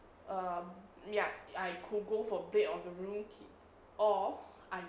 err ya I could go for the blade of the ruined k~ or